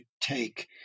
take